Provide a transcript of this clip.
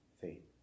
faith